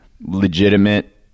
legitimate